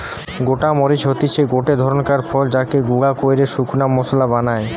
গোল মরিচ হতিছে গটে ধরণকার ফল যাকে গুঁড়া কইরে শুকনা মশলা বানায়